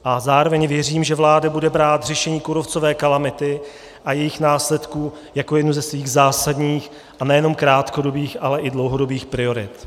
A zároveň věřím, že vláda bude brát řešení kůrovcové kalamity a jejích následků jako jednu ze svých zásadních, a nejenom krátkodobých, ale i dlouhodobých priorit.